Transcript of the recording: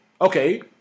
Okay